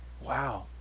Wow